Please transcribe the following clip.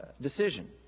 decision